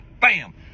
Bam